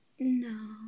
No